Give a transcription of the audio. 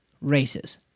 races